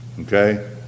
Okay